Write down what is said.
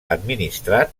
administrat